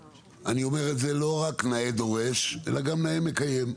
אני אומר את זה לא רק נאה דורש, אלא גם נאה מקיים.